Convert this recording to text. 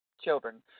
children